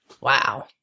Wow